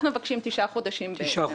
אנחנו מבקשים תשעה חודשים.